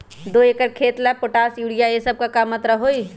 दो एकर खेत के ला पोटाश, यूरिया ये सब का मात्रा होई?